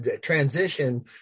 transition